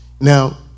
Now